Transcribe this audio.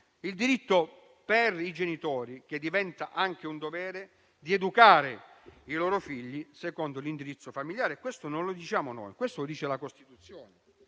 il diritto dei genitori - che diventa anche un dovere - di educare i loro figli secondo l'indirizzo familiare, e questo non lo diciamo noi; lo dice la Costituzione,